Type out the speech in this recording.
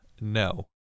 No